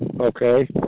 Okay